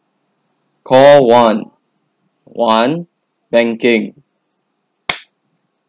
call one one banking